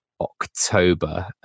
October